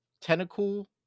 tentacle